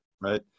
right